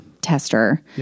tester